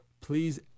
please